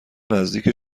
نزدیک